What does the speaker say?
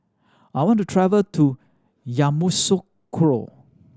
I want to travel to Yamoussoukro